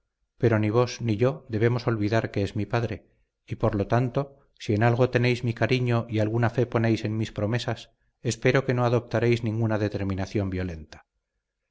pero ni vos ni yo debemos olvidar que es mi padre y por lo tanto si en algo tenéis mi cariño y alguna fe ponéis en mis promesas espero que no adoptareis ninguna determinación violenta